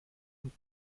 und